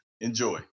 enjoy